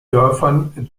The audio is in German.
dörfern